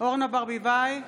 אורנה ברביבאי,